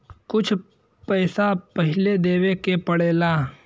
कुछ पैसा पहिले देवे के पड़ेला